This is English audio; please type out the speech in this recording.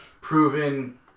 proven